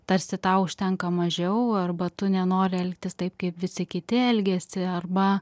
tarsi tau užtenka mažiau arba tu nenori elgtis taip kaip visi kiti elgiasi arba